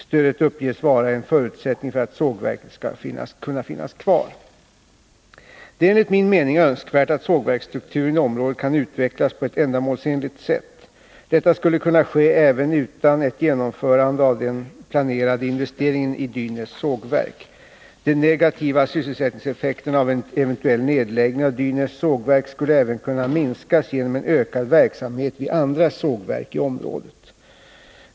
Stödet uppges vara en förutsättning för att sågverket skall kunna finnas kvar. Det är enligt min mening önskvärt att sågverksstrukturen i området kan utvecklas på ett ändamålsenligt sätt. Detta skulle kunna ske även utan ett genomförande av den planerade investeringen i Dynäs sågverk. De negativa sysselsättningseffekterna av en eventuell nedläggning av Dynäs sågverk skulle även kunna minskas genom en ökad verksamhet vid andra sågverk i området.